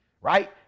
right